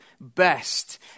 best